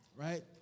Right